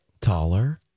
Taller